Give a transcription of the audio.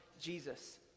Jesus